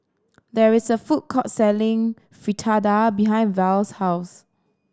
there is a food court selling Fritada behind Verl's house